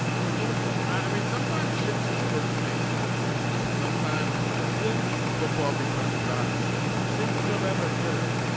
mean what was a. i mean sometimes shit just doesn't make sense and sometimes it since football becomes about a team since november third.